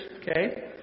okay